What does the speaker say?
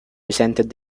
resented